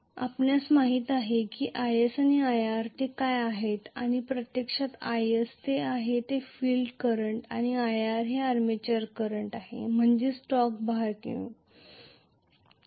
आपणास माहित आहे की is आणि ir ते काय आहे आणि प्रत्यक्षात is ते आहे फील्ड करंट ir आहे ते आर्मेचर करंट म्हणजे टॉर्क बाहेर येतॊ